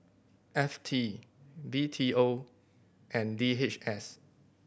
F T B T O and D H S